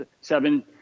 seven